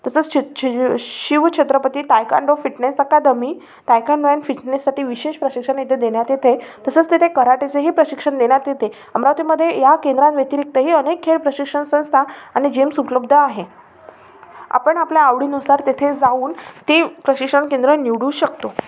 तसंच छि छि Shiv Chhatrapati taekwondo fitness academy taekwondo आणि फिटनेससाठी विशेष प्रशिक्षण येथे देण्यात येते तसंच तेथे कराटेचेही प्रशिक्षण देण्यात येते अमरावतीमध्ये या केंद्रांव्यतिरिक्तही अनेक खेळ प्रशिक्षण संस्था आणि जेम्स उपलब्ध आहे आपण आपल्या आवडीनुसार तेथे जाऊन ती प्रशिक्षण केंद्रं निवडू शकतो